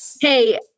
hey